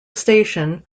station